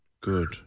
Good